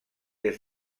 des